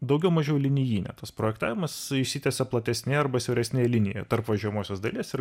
daugiau mažiau linijinė tas projektavimas jisai išsitęsia platesnėj arba siauresnėj linijoj tarp važiuojamosios dalies ir